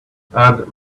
add